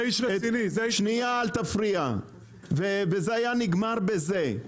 זה היה נגמר בזה.